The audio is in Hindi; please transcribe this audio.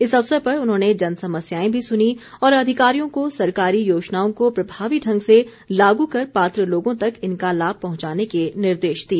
इस अवसर पर उन्होंने जन समस्याएं भी सुनीं और अधिकारियों को सरकारी योजनाओं को प्रभावी ढंग से लागू कर पात्र लोगों तक इनका लाभ पहुंचाने के निर्देश दिए